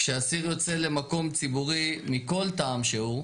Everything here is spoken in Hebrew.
כשאסיר יוצא למקום ציבורי מכל טעם שהוא,